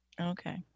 Okay